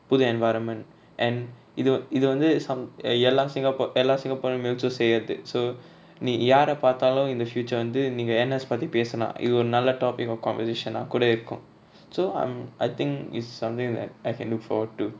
புது:puthu environment and இது இதுவந்து:ithu ithuvanthu some eh எல்லா:ella singapore எல்லா:ella singaporean mans uh சேந்து:senthu so நீ யார பாத்தாலு இந்த:nee yaara paathalu intha future வந்து நீங்க:vanthu neenga N_S பத்தி பேசுனா இது ஒரு நல்ல:pathi pesuna ithu oru nalla topic or conversation ah கூட இருக்கு:kooda iruku so I'm I think it's something that I can look forward to